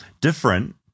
different